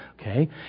Okay